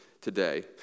today